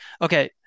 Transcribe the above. Okay